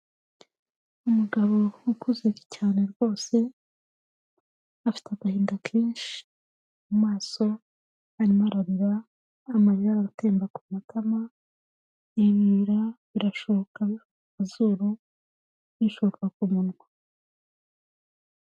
Umugabo ukuze cyane rwose, afite agahinda kenshi mu maso, arimo ararira, amarira aratemba ku matama, ibimyira birashoboka biva mu mazuru bishoka ku munwa.